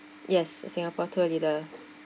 yes singapore tour leader